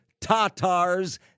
Tatar's